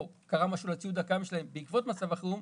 או קרה משהו לציוד הקיים שלהם בעקבות מצב החירום,